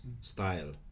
style